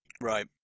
Right